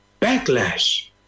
backlash